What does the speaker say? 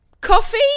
Coffee